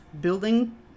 building